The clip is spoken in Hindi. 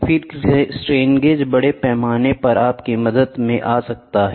फिर स्ट्रेन गेज बड़े पैमाने पर आपकी मदद में आ जाता है